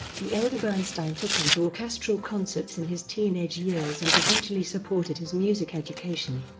the elder bernstein took him to orchestral concerts in his teenage years and eventually supported his music education.